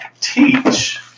teach